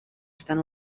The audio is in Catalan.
estan